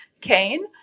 Kane